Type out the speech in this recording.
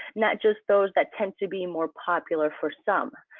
not just those that tend to be more popular. for some,